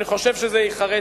אני חושב שזה ייחרת,